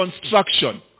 construction